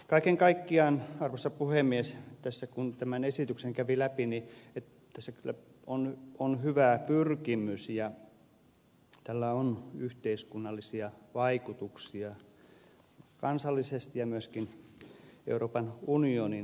kaiken kaikkiaan arvoisa puhemies kun tämän esityksen kävi läpi niin tässä kyllä on hyvä pyrkimys ja tällä on yhteiskunnallisia vaikutuksia kansallisesti ja myöskin euroopan unionin tasolla